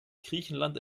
griechenland